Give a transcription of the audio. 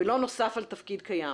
ולא נוסף על תפקיד קיים.